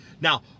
now